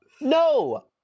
No